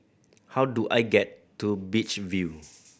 how do I get to Beach View